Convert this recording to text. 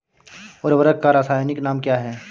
उर्वरक का रासायनिक नाम क्या है?